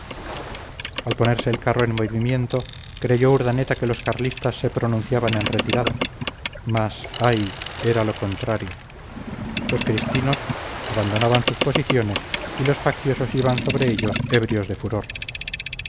al ponerse el carro en movimiento creyó urdaneta que los carlistas se pronunciaban en retirada mas ay era lo contrario los cristinos abandonaban sus posiciones y los facciosos iban sobre ellos ebrios de furor